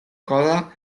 coda